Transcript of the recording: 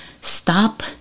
Stop